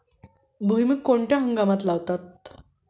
भुईमूग कोणत्या हंगामात लावतात?